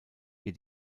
ihr